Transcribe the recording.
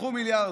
קחו מיליארדים,